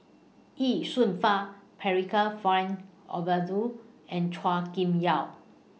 Ye Shunfang Percival Frank Aroozoo and Chua Kim Yeow